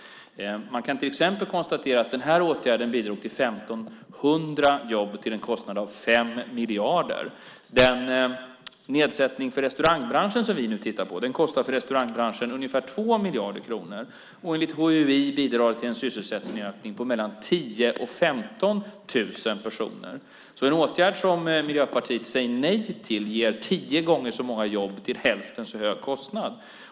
Man kan till exempel konstatera att den här åtgärden bidrog till 1 500 jobb till en kostnad av 5 miljarder. Den nedsättning för restaurangbranschen som vi nu tittar på kostar för restaurangbranschen ungefär 2 miljarder kronor, och enligt HUI bidrar den till en sysselsättningsökning på 10 000-15 000 personer. En åtgärd som Miljöpartiet säger nej till ger alltså tio gånger så många jobb till hälften så hög kostnad.